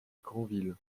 granville